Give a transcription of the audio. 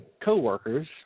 coworkers